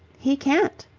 he can't,